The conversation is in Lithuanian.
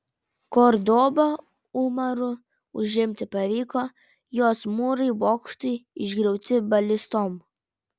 kordobą umaru užimti pavyko jos mūrai bokštai išgriauti balistom